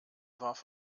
warf